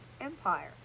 empire